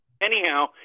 Anyhow